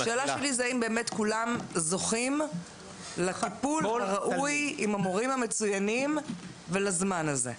השאלה האם כולם זוכים לטיפול הראוי עם המורים המצוינים ולזמן הזה.